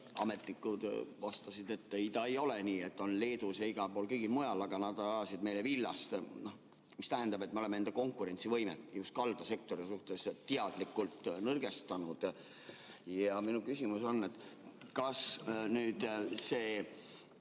Ametnikud vastasid, et ei, see ei ole nii, et on Leedus ja igal pool mujal. Aga nad ajasid meile villast, mis tähendab, et me oleme enda konkurentsivõimet just kaldasektoris teadlikult nõrgestanud. Minu küsimus on: kas nüüd selle